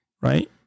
Right